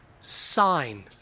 sign